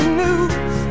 news